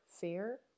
fear